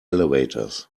elevators